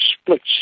splits